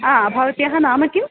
भवत्याः नाम किं